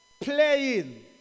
playing